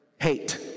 hate